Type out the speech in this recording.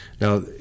Now